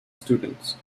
students